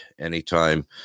anytime